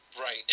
Right